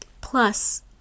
Plus